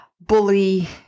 bully